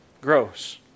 grows